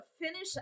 finish